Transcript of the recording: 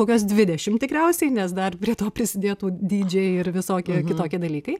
kokios dvidešimt tikriausiai nes dar prie to prisidėtų dydžiai ir visokie kitokie dalykai